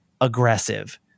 aggressive